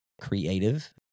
Creative